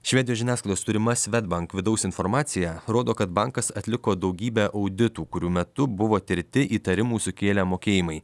švedų žiniasklaidos turima swedbank vidaus informacija rodo kad bankas atliko daugybę auditų kurių metu buvo tirti įtarimų sukėlę mokėjimai